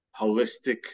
holistic